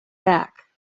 back